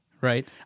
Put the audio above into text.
Right